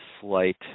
slight